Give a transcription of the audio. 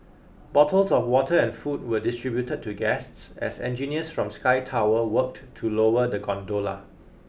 bottles of water and food were distributed to guests as engineers from Sky Tower worked to lower the gondola